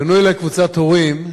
פנתה אלי קבוצת הורים,